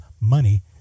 money